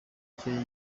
icyo